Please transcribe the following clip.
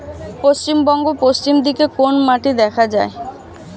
পশ্চিমবঙ্গ পশ্চিম দিকে কোন মাটি দেখা যায়?